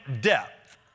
depth